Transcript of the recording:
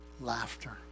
Laughter